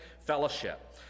fellowship